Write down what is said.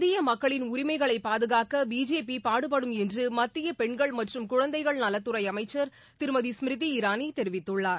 இந்திய மக்களின் உரிமைகளை பாதுகாக்க பிஜேபி பாடுபடும் என்று மத்திய பெண்கள் மற்றும் குழந்தைகள் நலத்துறை அமைச்சர் திருமதி ஸ்மிருதி இரானி தெரிவித்துள்ளார்